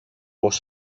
πώς